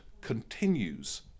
continues